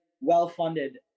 well-funded